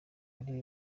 ari